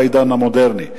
לעידן המודרני,